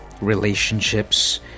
Relationships